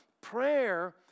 prayer